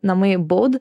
namai baud